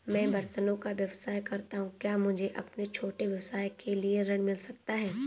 मैं बर्तनों का व्यवसाय करता हूँ क्या मुझे अपने छोटे व्यवसाय के लिए ऋण मिल सकता है?